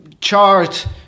chart